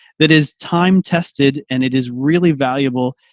that is time tested, and it is really valuable.